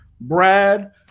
Brad